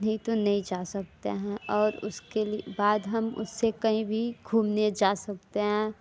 नहीं तो नहीं जा सकतें हैं और उसके लि बाद हम उससे कहीं भी घूमने जा सकते हैं